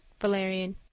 Valerian